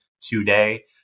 today